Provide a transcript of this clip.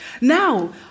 Now